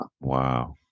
Wow